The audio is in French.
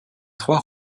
trois